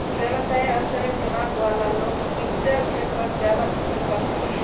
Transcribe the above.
व्यवसायेर स्तरेर दिमाग वाला लोग वित्तेर क्षेत्रत ज्यादा पसन्द कर छेक